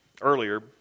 earlier